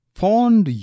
fond